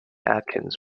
atkins